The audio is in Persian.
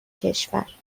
کشور